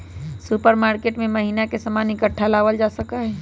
supermarket से महीना के सामान इकट्ठा लावल जा सका हई